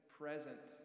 present